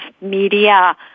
media